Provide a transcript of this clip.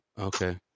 Okay